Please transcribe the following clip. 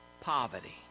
poverty